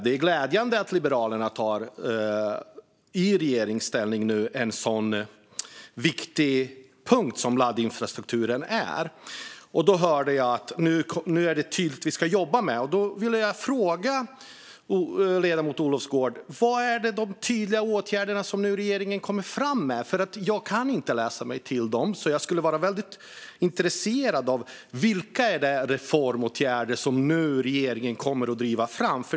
Det är glädjande att Liberalerna i regeringsställning tar sig an en så viktig punkt som laddinfrastrukturen. Jag hörde ledamoten Olofsgård säga att det nu är tydligt att man ska jobba med detta. Då vill jag fråga: Vilka är de tydliga åtgärder som regeringen nu kommer fram med? Jag kan inte läsa mig till detta, men jag skulle vara väldigt intresserad av att få höra vilka reformåtgärder som regeringen nu kommer att driva fram.